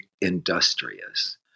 industrious